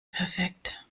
perfekt